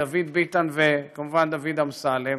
דוד ביטן וכמובן דוד אמסלם,